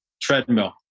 treadmill